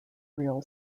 real